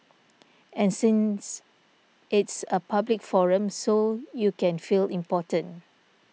and since it's a public forum so you can feel important